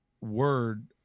word